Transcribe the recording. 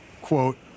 quote